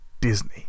Disney